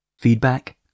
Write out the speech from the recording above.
Feedback